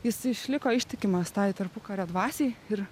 jis išliko ištikimas tai tarpukario dvasiai ir